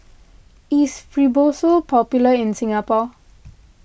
is Fibrosol popular in Singapore